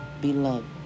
beloved